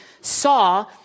saw